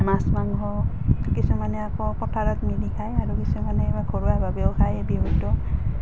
মাছ মাংস কিছুমানে আকৌ পথাৰত মিলি খায় আৰু কিছুমানে ঘৰুৱাভাৱেও খায় এই বিহুটো